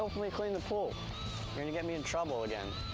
me clean the pool. you're gonna get me in trouble again.